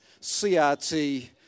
CRT